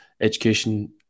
education